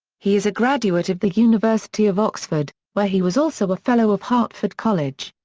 he is a graduate of the university of oxford, where he was also a fellow of hertford college.